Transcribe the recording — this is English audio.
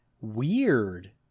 weird